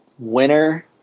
winner